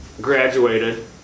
graduated